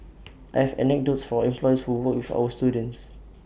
I have anecdotes from employers who work with our students